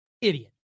Idiot